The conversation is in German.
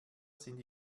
sind